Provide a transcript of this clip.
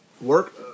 Work